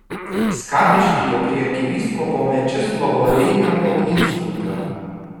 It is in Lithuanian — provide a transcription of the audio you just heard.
skapiškyje prie arkivyskupo mečislovo reinio koplytstulpio